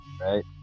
right